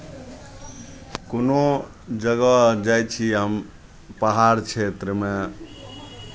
कोनो जगह जाइ छी हम पहाड़ क्षेत्रमे